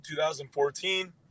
2014